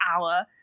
hour